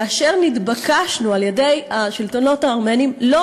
ונתבקשנו על-ידי השלטונות הארמניים לא